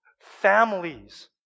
families